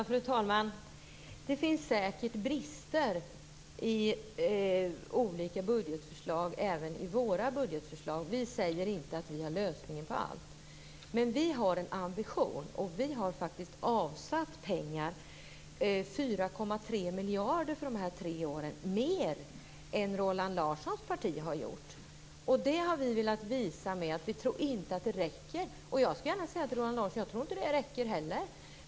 Fru talman! Det finns säkert brister i olika budgetförslag och även i våra budgetförslag. Vi säger inte att vi har lösningen på allt, men vi har en ambition. Vi har faktiskt avsatt mer pengar, 4,3 miljarder för dessa tre år, än vad Roland Larssons parti har gjort, som vi inte tror räcker. Jag skall gärna säga till Roland Larsson att jag inte tror att det vi avsatt heller räcker.